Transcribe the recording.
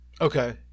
Okay